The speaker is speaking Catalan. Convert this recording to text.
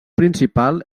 principal